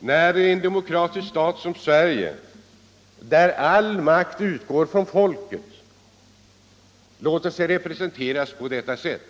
när en demokratisk stat — skyldighet m.m. som Sverige, där all makt utgår från folket, låter sig representeras på detta sätt?